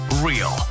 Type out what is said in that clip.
Real